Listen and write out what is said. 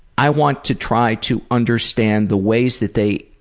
i want to try to understand the ways that they